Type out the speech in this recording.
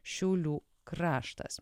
šiaulių kraštas